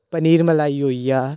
पनीर मलाई होई गेआ